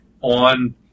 on